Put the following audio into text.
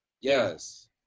Yes